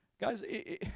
guys